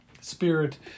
spirit